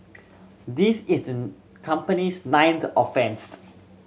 this is company's ninth offence